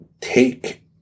Take